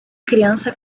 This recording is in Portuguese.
criança